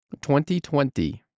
2020